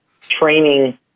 training